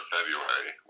February